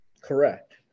Correct